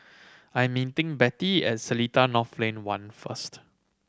I am meeting Bette at Seletar North Lane One first